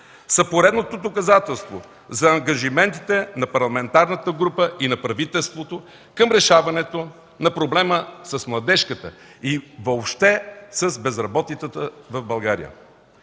поредното доказателство за ангажиментите на парламентарната група и на правителството към решаването на проблема с младежката и въобще с безработицата в България.